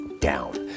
down